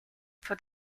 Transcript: for